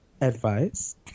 Advice